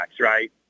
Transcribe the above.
right